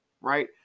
right